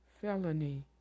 felony